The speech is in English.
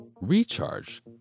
Recharge